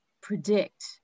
predict